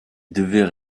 devaient